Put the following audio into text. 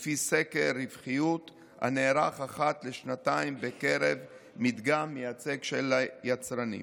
לפי סקר רווחיות הנערך אחת לשנתיים בקרב מדגם מייצג של היצרנים.